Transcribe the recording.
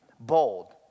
Bold